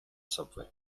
subway